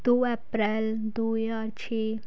ਦੋ ਐਪ੍ਰੈਲ ਦੋ ਹਜ਼ਾਰ ਛੇ